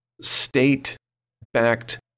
state-backed